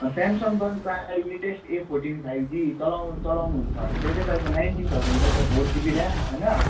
अनि स्यामसङ्गको नि तपाईँको अहिले यही लेटेस्ट फोटिन फाइब जी चलाउ चलाउनु हुन्छ भने त्यो चाहिँ तपाईँको नाइन्टिन थाउजन्ड पर्छ फोर जिबी ऱ्याम होइन